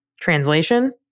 Translation